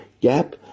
gap